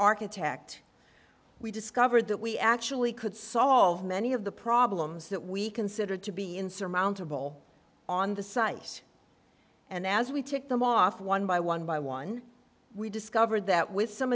architect we discovered that we actually could solve many of the problems that we considered to be insurmountable on the site and as we ticked them off one by one by one we discovered that with some